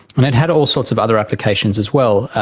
and it had all sorts of other applications as well.